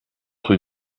rue